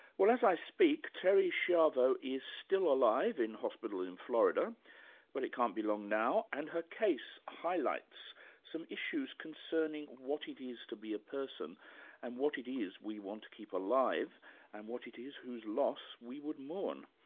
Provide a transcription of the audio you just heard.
well as i speak terry schiavo is still alive in hospital in florida though but it can't be long now and her case highlights some issues concerning what it is to be a person and what it is we want to keep alive and what it is whose loss we would mourn.